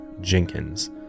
jenkins